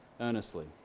earnestly